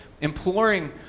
Imploring